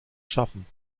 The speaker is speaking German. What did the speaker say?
schaffen